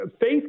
faith